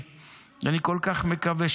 מקום שמחבר,